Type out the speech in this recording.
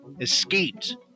escaped